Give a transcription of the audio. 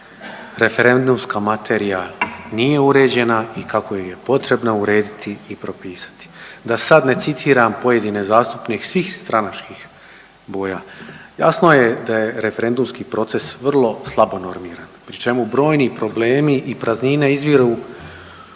referendumska materija nije uređena i kako ju je potrebno urediti i propisati, da sad ne citiram pojedine zastupnike svih stranačkih boja. Jasno je da je referendumski proces vrlo slabo normiran, pri čemu brojni problemi i praznine izviru u